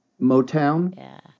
Motown